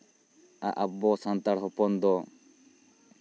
ᱟᱨ ᱟᱵᱚ ᱥᱟᱱᱛᱟᱲ ᱦᱚᱯᱚᱱ ᱫᱚ